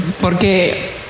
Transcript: porque